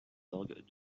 orgues